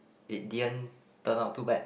it didn't turn out too bad